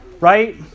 Right